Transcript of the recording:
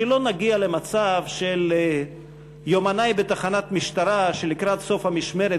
שלא נגיע למצב של יומנאי בתחנת משטרה שלקראת סוף המשמרת,